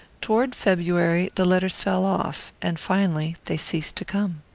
toward february the letters fell off and finally they ceased to come.